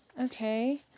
okay